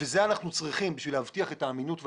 זה אנחנו צריכים בשביל להבטיח את האמינות והיציבות.